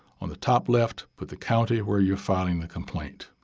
on the top left, put the county where you are filing the complaint.